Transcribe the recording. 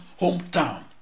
hometown